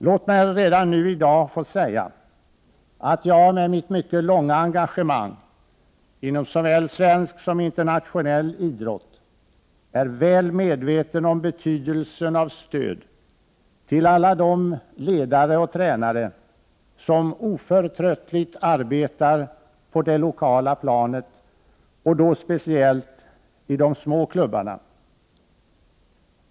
Låt mig redan nu i dag få säga att jag med mitt mycket långa engagemang inom såväl svensk som internationell idrott är väl medveten om betydelsen av stöd till alla de ledare och tränare som oförtröttligt arbetar på det lokala planet och då speciellt i de små klubbarna.